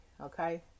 Okay